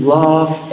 love